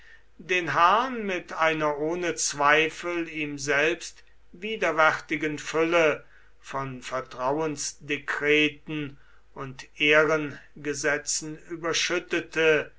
den herrn mit einer ohne zweifel ihm selbst widerwärtigen fülle von vertrauensdekreten und ehrengesetzen überschüttete